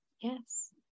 yes